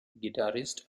guitarist